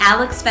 Alex